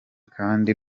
kandi